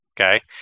okay